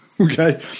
okay